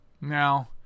now